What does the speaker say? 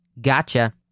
Gotcha